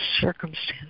circumstance